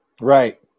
Right